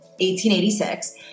1886